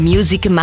Music